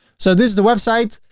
so this is the website.